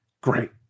Great